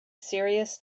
serious